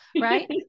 Right